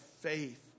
faith